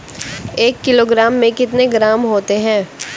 एक किलोग्राम में कितने ग्राम होते हैं?